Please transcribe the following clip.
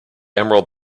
emerald